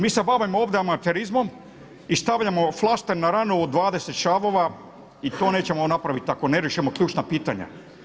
Mi se bavimo ovdje amaterizmom i stavljamo flaster na ranu od 20 šavova i to nećemo napraviti ako ne riješimo ključna pitanja.